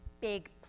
Big